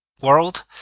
world